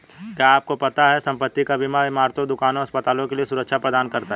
क्या आपको पता है संपत्ति का बीमा इमारतों, दुकानों, अस्पतालों के लिए सुरक्षा प्रदान करता है?